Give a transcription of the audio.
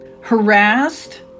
harassed